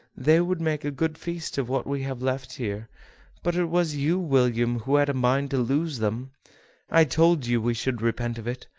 they would make a good feast of what we have left here but it was you, william, who had a mind to lose them i told you we should repent of it.